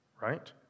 Right